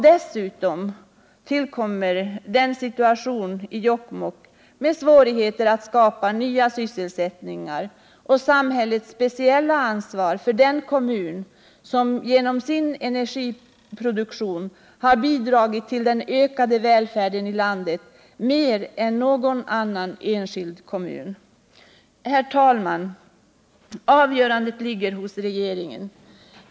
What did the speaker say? Dessutom tillkommer situationen i Jokkmokk, med svårigheter att skapa nya sysselsättningar, och samhällets speciella ansvar för den kommun som genom sin energiproduktion har bidragit till den ökade välfärden i landet mer än någon annan enskild kommun. Herr talman! Avgörandet ligger hos regeringen.